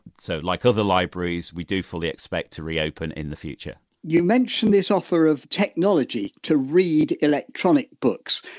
so, like other libraries, we do fully expect to reopen in the future you mention this offer of technology to read electronic books,